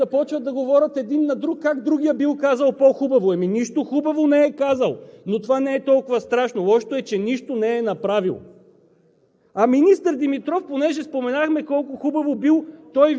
дали е безводие или наводнение, тук идват четирима-петима министри и започват да говорят един на друг как другият бил казал по-хубаво. Ами, нищо хубаво не е казал! Но това не е толкова страшно, лошото е, че нищо не е направил!